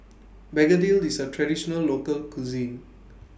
Begedil IS A Traditional Local Cuisine